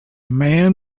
man